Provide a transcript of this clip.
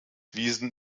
wiesen